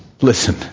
listen